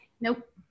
Nope